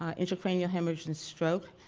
ah intracranial hemorrhage and stroke,